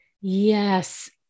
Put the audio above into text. Yes